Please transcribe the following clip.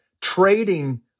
trading